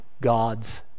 God's